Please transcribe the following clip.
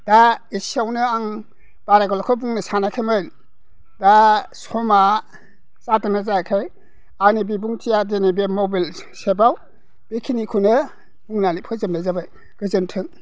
दा एसेयावनो आं बारा गोलावखौ बुंनो सानाखैमोन दा समा जादोंना जायाखै आंनि बिबुंथिया दिनै बे मबाइल सेभआव बेखिनिखौनो बुंनानै फोजोबनाय जाबाय गोजोन्थों